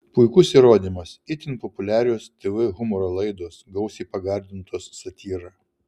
puikus įrodymas itin populiarios tv humoro laidos gausiai pagardintos satyra